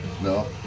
No